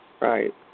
Right